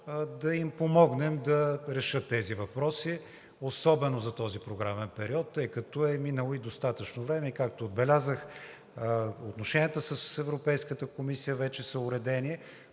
да им помогнем да решат въпросите, особено за този програмен период, тъй като е минало достатъчно време, и както отбелязах, отношенията с Европейската комисия вече са уредени.